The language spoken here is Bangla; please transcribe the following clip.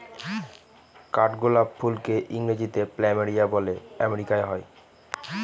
কাঠগোলাপ ফুলকে ইংরেজিতে প্ল্যামেরিয়া বলে আমেরিকায় হয়